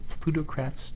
plutocrats